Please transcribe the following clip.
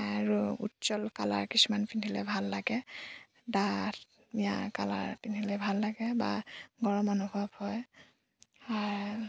আৰু উজ্জ্বল কালাৰ কিছুমান পিন্ধিলে ভাল লাগে ডাঠ ধুনীয়া কালাৰ পিন্ধিলে ভাল লাগে বা গৰম অনুভৱ হয়